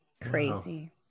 Crazy